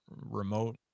remote